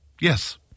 Yes